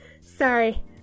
sorry